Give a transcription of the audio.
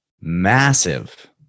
massive